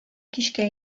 кичкә